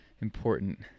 important